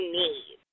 need